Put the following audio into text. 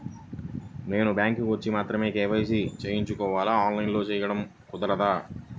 నేను బ్యాంక్ వచ్చి మాత్రమే కే.వై.సి చేయించుకోవాలా? ఆన్లైన్లో చేయటం కుదరదా?